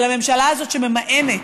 אבל הממשלה הזאת שממאנת,